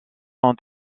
ont